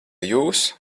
jūs